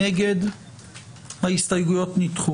הצבעה ההסתייגויות לא התקבלו.